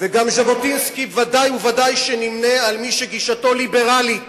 וגם ז'בוטינסקי ודאי וודאי שנמנה עם מי שגישתם ליברלית